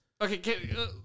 Okay